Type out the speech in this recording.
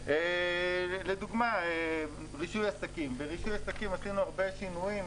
ברישוי עסקים לדוגמה עשינו הרבה שימועים.